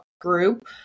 group